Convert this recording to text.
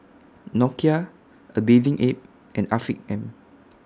Nokia A Bathing Ape and Afiq M